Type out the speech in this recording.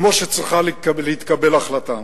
כמו שצריכה להתקבל החלטה.